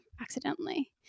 accidentally